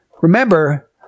Remember